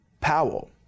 Powell